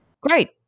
great